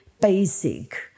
basic